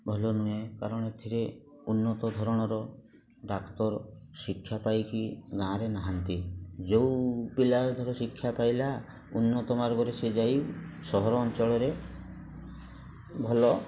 ଭଲ ନୁହେଁ କାରଣ ଏଥିରେ ଉନ୍ନତ ଧରଣର ଡାକ୍ତର ଶିକ୍ଷା ପାଇକି ନାଁରେ ନାହାଁନ୍ତି ଯେଉଁ ପିଲା ଧର ଶିକ୍ଷା ପାଇଲା ଉନ୍ନତ ମାର୍ଗରେ ସେ ଯାଇ ସହର ଅଞ୍ଚଳରେ ଭଲ